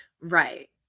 Right